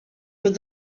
with